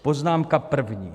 Poznámka první.